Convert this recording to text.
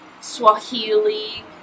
Swahili